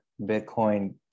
Bitcoin